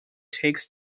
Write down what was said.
takes